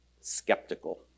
skeptical